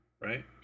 right